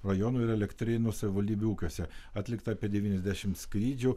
rajono ir elektrėnų savivaldybių ūkiuose atlikta apie devyniasdešimt skrydžių